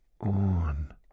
on